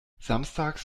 samstags